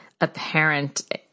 apparent